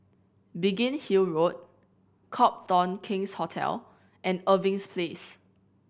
Biggin Hill Road Copthorne King's Hotel and Irving Place